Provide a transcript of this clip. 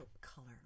color